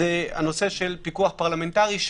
הנושא של פיקוח פרלמנטרי.